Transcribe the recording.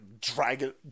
Dragon